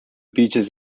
beaches